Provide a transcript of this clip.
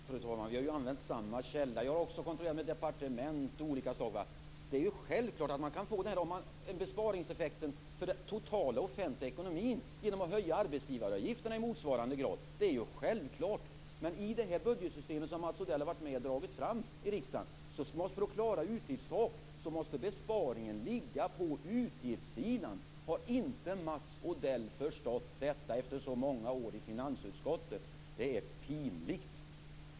Fru talman! Vi har ju använt samma källa. Jag har också kontrollerat med departement av olika slag. Det är självklart att man kan få en besparingseffekt för den totala offentliga ekonomin genom att höja arbetsgivaravgifterna i motsvarande grad. Det är ju självklart. Men i det budgetsystem som Mats Odell har varit med och dragit fram i riksdagen måste besparingen ligga på utgiftssidan för att man skall klara utgiftstaket. Har inte Mats Odell förstått detta efter så många år i finansutskottet? Det är pinligt.